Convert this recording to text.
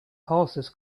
horses